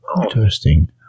Interesting